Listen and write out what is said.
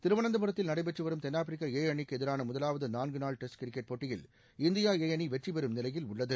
திருவனந்தபுரத்தில் நடைபெற்று வரும் தென்னாப்பிரிக்கா ஏ அணிக்கு எதிரான முதவாவது நான்கு நாள் டெஸ்ட் கிரிக்கெட் போட்டியில் இந்தியா ஏ அணி வெற்றிபெறும் நிலையில் உள்ளது